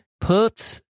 Put